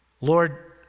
Lord